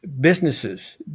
Businesses